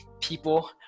people